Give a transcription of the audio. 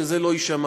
שזה לא יישמע,